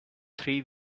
three